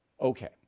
Okay